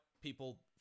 people